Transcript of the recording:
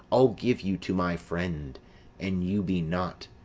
i'll give you to my friend an you be not,